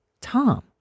tom